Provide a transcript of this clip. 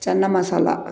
chana masala